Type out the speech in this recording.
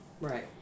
Right